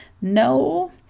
no